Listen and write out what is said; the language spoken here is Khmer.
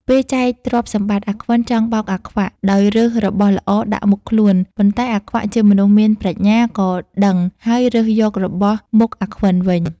ពេលចែកទ្រព្យសម្បត្តិ អាខ្វិន ចង់បោកអាខ្វាក់ ដោយរើសរបស់ល្អដាក់មុខខ្លួន ប៉ុន្តែអាខ្វាក់ជាមនុស្សមានប្រាជ្ញា ក៏ដឹងហើយរើសយករបស់មុខអាខ្វិនវិញ ។